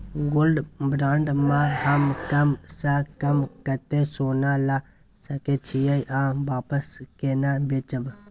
Gold bond म हम कम स कम कत्ते सोना ल सके छिए आ वापस केना बेचब?